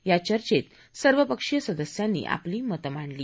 या चर्चेत सर्वपक्षीय सदस्यांनी आपली मतं मांडली